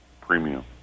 premium